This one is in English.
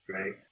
right